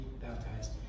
baptized